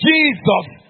Jesus